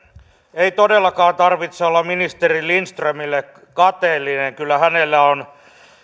ei todellakaan tarvitse olla ministeri lindströmille kateellinen kyllä hänellä on